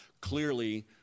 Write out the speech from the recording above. Clearly